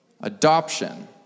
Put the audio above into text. adoption